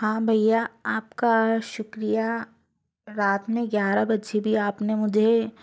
हाँ भैया आपका शुक्रिया रात में ग्यारह बजे भी आपने मुझे